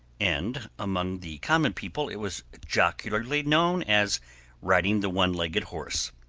and among the common people it was jocularly known as riding the one legged horse.